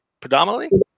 predominantly